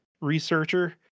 researcher